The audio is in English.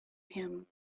him